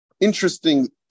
Interesting